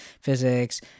physics